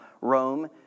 Rome